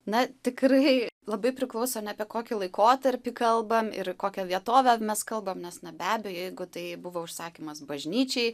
na tikrai labai priklauso ane apie kokį laikotarpį kalbam ir kokią vietovę mes kalbam nes na be abejo jeigu tai buvo užsakymas bažnyčiai